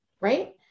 Right